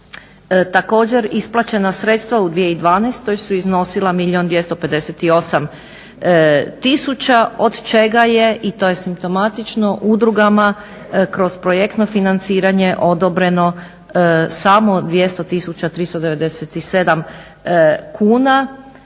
Također isplaćena sredstva u 2012. su iznosila milijun 258 tisuća od čega je i to je simptomatično udrugama kroz projektno financiranje odobreno samo 200 tisuća